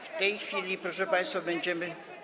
W tej chwili, proszę państwa, będziemy.